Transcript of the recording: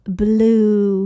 blue